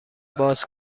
باز